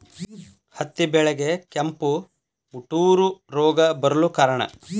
ಹತ್ತಿ ಬೆಳೆಗೆ ಕೆಂಪು ಮುಟೂರು ರೋಗ ಬರಲು ಕಾರಣ?